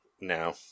now